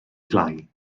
flaen